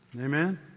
Amen